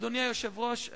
אדוני היושב-ראש,